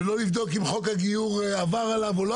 ולא לבדוק אם חוק הגיור עבר עליו או לא